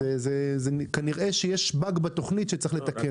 אז כנראה שיש באג בתוכנית שצריך לתקן.